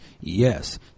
Yes